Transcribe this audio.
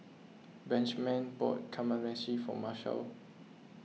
Benjman bought Kamameshi for Marshal